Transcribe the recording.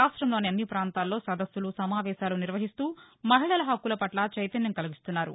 రాష్ట్రంలోని అన్ని పాంతాల్లో సదస్సులు సమావేశాలు నిర్వహిస్తూ మహిళల హక్కుల పట్ల చైతన్యం కలిగిస్తున్నారు